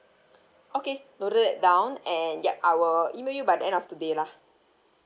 okay noted down and yup I will email you by the end of today lah